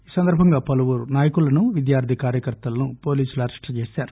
ఈ సందర్భంగా పలువురు నాయకులను విద్యార్థి కార్యకర్తలను అరెస్టు చేశారు